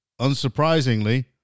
unsurprisingly